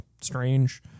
strange